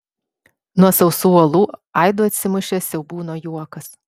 nuo sausų uolų aidu atsimušė siaubūno juokas